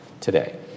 today